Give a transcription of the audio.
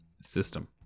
system